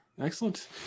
Excellent